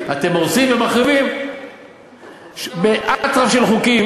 אתם עושים ומחריבים באטרף של חוקים